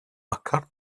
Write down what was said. occurred